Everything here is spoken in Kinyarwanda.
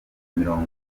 mirongo